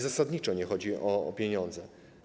Zasadniczo nie chodzi o pieniądze.